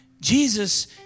Jesus